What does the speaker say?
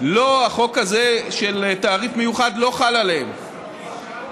החוק הזה של תעריף מיוחד לא חל עליהם.